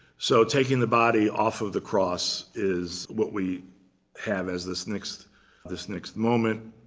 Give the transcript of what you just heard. so taking the body off of the cross is what we have as this next this next moment.